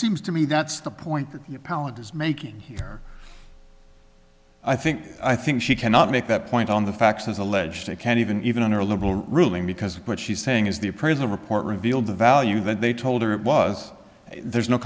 seems to me that's the point that palin is making here i think i think she cannot make that point on the facts as alleged they can even even under a liberal ruling because of what she's saying is the appraisal report revealed the value that they told her it was there's no